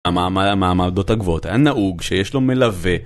המעמדות הגבוהות, היה נהוג שיש לו מלווה